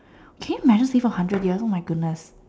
can you imagine sleep for hundred years oh my goodness